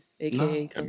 aka